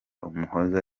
umuhoza